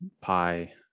pi